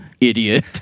Idiot